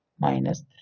minus